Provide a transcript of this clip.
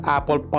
Apple